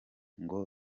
ngo